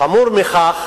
חמור מכך,